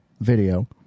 video